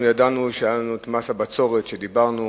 אנחנו ידענו שהיה לנו מס הבצורת, דיברנו,